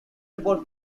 report